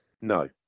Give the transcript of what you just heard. No